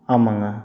ஆமாங்க